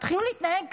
תתחילו להתנהג ככה.